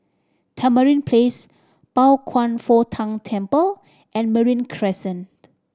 Tamarind Place Pao Kwan Foh Tang Temple and Marine Crescent